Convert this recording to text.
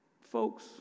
folks